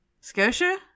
Scotia